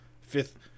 fifth